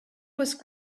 was